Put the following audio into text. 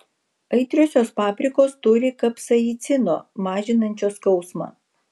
aitriosios paprikos turi kapsaicino mažinančio skausmą